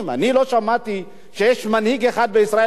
אני לא שמעתי שיש מנהיג אחד בישראל שבא